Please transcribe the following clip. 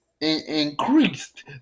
increased